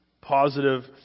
positive